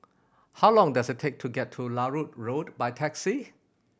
how long does it take to get to Larut Road by taxi